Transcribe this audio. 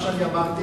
מה שאני אמרתי,